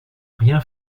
rien